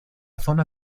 zona